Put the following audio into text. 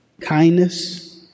kindness